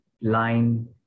line